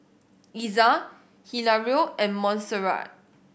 Iza Hilario and Montserrat